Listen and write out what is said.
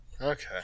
Okay